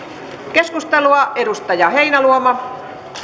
keskustelua edustaja heinäluoma